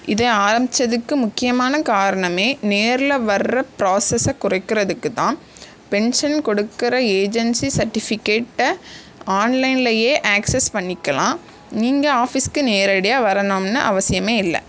இதை ஆரம்பித்ததுக்கு முக்கியமான காரணமே நேரில் வர்ற ப்ராசஸை குறைக்கிறதுக்குதான் பென்ஷன் கொடுக்கிற ஏஜென்ஸி சர்டிஃபிகேட்டை ஆன்லைன்லயே ஆக்செஸ் பண்ணிக்கலாம் நீங்கள் ஆஃபீஸ்க்கு நேரடியாக வரணும்னு அவசியமே இல்லை